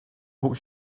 hope